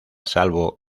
salvo